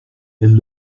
elles